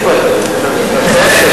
אילו,